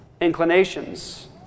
inclinations